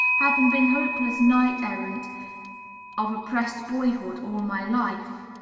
having been hopeless knight-errant of oppressed boyhood all my life.